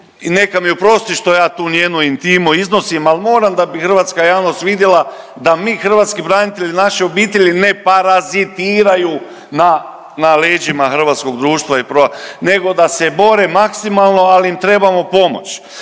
neka mi oprosti što ja tu njenu intimu iznosim, al moram da bi hrvatska javnost vidjela da mi hrvatski branitelji naše obitelji ne parazitiraju na leđima hrvatskog društva nego da se bore maksimalno al im trebamo pomoć